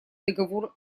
договор